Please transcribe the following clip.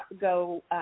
go